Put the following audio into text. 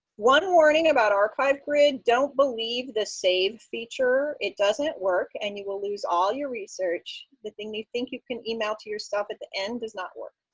one warning about archive grid don't believe the save feature. it doesn't work, and you will lose all your research. the thing you think you can email to yourself at the end does not work.